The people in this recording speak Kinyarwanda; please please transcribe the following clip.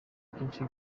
byinshi